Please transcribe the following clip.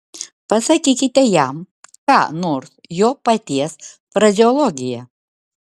pasakykite jam ką nors jo paties frazeologija